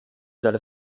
solle